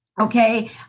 Okay